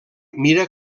mira